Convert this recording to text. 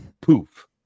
poof